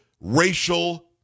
racial